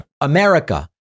America